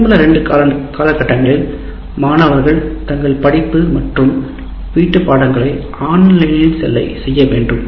மீதமுள்ள இரண்டு காலகட்டங்களில் மாணவர்கள் தங்கள் படிப்பு மற்றும் வீட்டுப்பாடங்களை ஆன்லைனில் செய்ய வேண்டும்